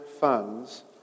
funds